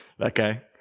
okay